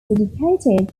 dedicated